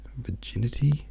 virginity